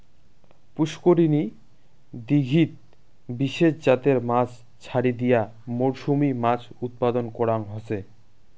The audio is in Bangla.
পুষ্করিনী, দীঘিত বিশেষ জাতের মাছ ছাড়ি দিয়া মরসুমী মাছ উৎপাদন করাং হসে